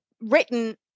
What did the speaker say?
written